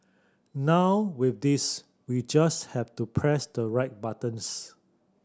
now with this we just have to press the right buttons